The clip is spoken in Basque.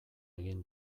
egin